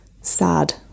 sad